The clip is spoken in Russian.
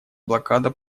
блокада